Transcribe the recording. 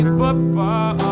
football